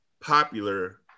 popular